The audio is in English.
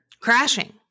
crashing